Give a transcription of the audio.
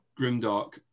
grimdark